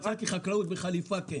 מצאתי חקלאות בחליפה.